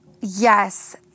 yes